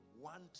One